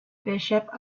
bishop